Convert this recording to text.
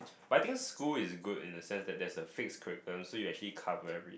but I think school is good in a sense that there's a fixed curriculum so that you actually cover every